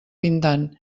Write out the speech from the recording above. pintant